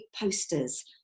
posters